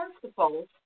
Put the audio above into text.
principles